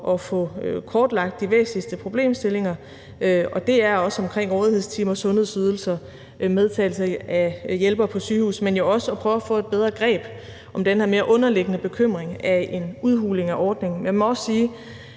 at få kortlagt de væsentligste problemstillinger, og det er også om rådighedstimer, sundhedsydelser, medtagelse af hjælpere på sygehuse, men jo også at prøve at få et bedre greb om den her mere underliggende bekymring om en udhuling af ordningen. Jeg må også sige,